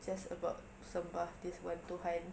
just about sembah this one tuhan